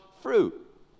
fruit